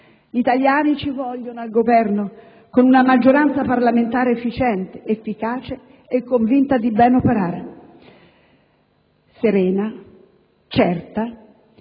Gli italiani ci vogliono al Governo con una maggioranza parlamentare efficiente, efficace e convinta di ben operare. Con serenità